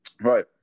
Right